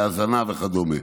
בהזנה וכדומה.